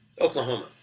Oklahoma